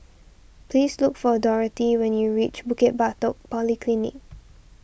please look for Dorthey when you reach Bukit Batok Polyclinic